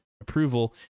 approval